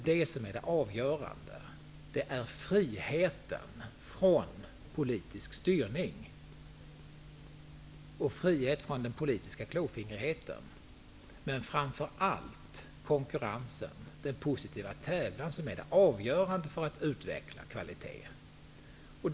Det avgörande är i stället friheten från politisk styrning och friheten från politisk klåfingrighet. Men framför gäller det konkurrensen, den positiva tävlan. Detta är avgörande för att kvalitet skall utvecklas.